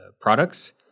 products